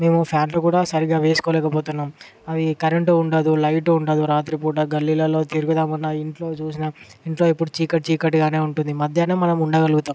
మేము ఫ్యాన్లు కూడా సరిగ్గా వేసుకోలేకపోతున్నాం అవి కరెంట్ ఉండదు లైట్ ఉండదు రాత్రి పూట గల్లీలలో తిరుగుదాం అన్నా ఇంట్లో చూసిన ఇంట్లో ఎప్పుడూ చీకటి చీకటిగానే ఉంటుంది మధ్యాహ్నం మనం ఉండగలుగుతాం